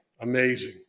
amazing